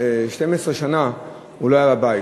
12 שנה הוא לא היה בבית.